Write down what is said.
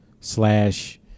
slash